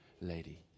lady